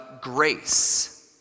grace